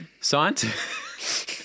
Science